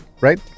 Right